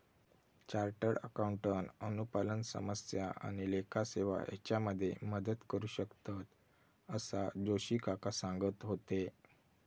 chartered accountant अनुपालन समस्या आणि लेखा सेवा हेच्यामध्ये मदत करू शकतंत, असा जोशी काका सांगत होते